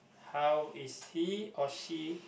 how is he or she